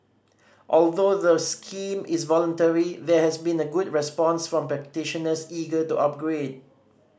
although the scheme is voluntary there has been a good response from practitioners eager to upgrade